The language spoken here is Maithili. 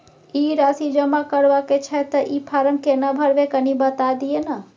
ई राशि जमा करबा के छै त ई फारम केना भरबै, कनी बता दिय न?